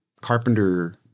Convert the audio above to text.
Carpenter